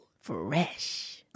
Fresh